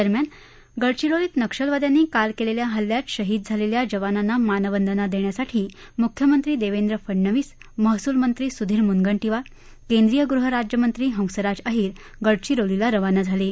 दरम्यान गडचिरोलीत नक्षलवाद्यांनी काल केलेल्या हल्ल्यात शहीद झालेल्या जवानांना मानवंदना देण्यासाठी मुख्यमंत्री देवेंद्र फडणवीस महसूलमंत्री सुधीर मुनगंटीवार केंद्रीय गृहराज्यमंत्री हंसराज अहिर गडचिरोलीला खाना झाले आहेत